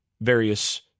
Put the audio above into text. various